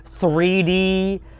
3D